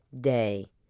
day